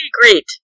Great